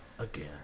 Again